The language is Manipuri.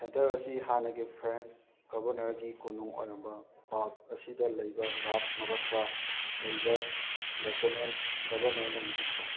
ꯁꯦꯟꯇꯔ ꯑꯁꯤ ꯍꯥꯟꯅꯒꯤ ꯐ꯭ꯔꯦꯟꯁ ꯒꯕꯔꯅꯔꯒꯤ ꯀꯣꯅꯨꯡ ꯑꯣꯏꯔꯝꯕ ꯄꯥꯔꯛ ꯑꯁꯤꯗ ꯂꯩꯕ ꯔꯥꯁ ꯅꯕꯁꯇ ꯂꯩꯕ ꯂꯦꯞꯇꯅꯦꯟ ꯒꯕꯔꯅꯔꯅ ꯃꯤꯍꯨꯠ ꯑꯣꯏ